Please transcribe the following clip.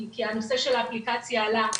כי הנושא של האפליקציה עלה,